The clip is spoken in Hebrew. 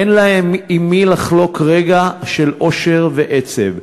אין לה עם מי לחלוק רגע של אושר או עצב.